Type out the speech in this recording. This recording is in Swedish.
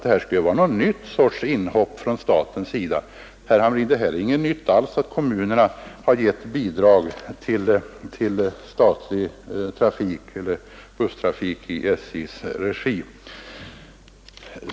Nej, herr Hamrin, det är inte alls någonting nytt att kommunerna lämnar bidrag till busstrafik i SJ:s regi.